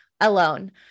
alone